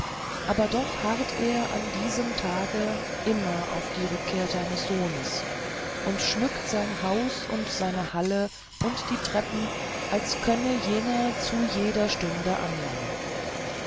aber doch harrt er an diesem tage immer auf die rückkehr seines sohnes und schmückt sein haus und seine halle und die treppen als könne jener zu jeder stunde anlangen